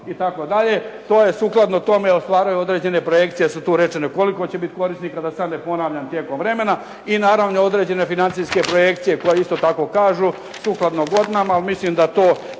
rečeno itd. To je sukladno tome ostvaruje određene projekcije su tu rečene koliko će biti korisnika, da sad ne ponavljam tijekom vremena i naravno određene financijske projekcije koje isto tako kažu sukladno godinama ali mislim da to